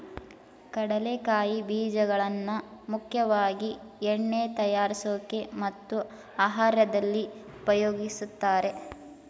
ಕಡಲೆಕಾಯಿ ಬೀಜಗಳನ್ನಾ ಮುಖ್ಯವಾಗಿ ಎಣ್ಣೆ ತಯಾರ್ಸೋಕೆ ಮತ್ತು ಆಹಾರ್ದಲ್ಲಿ ಉಪಯೋಗಿಸ್ತಾರೆ